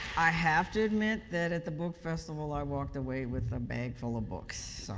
i have to admit that at the book festival i walked away with a bag full of books. so,